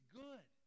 good